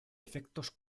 efectos